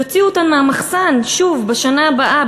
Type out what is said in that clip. יוציאו אותן מהמחסן שוב בשנה הבאה,